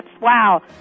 Wow